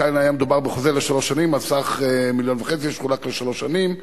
כאן היה מדובר בחוזה לשלוש שנים בסך 1.5 מיליון שחולק לשלוש שנים.